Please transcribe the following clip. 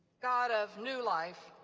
god of new life,